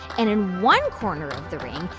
and in one corner of the ring,